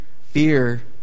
Fear